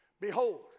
Behold